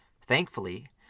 Thankfully